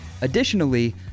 Additionally